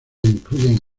incluyen